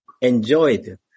enjoyed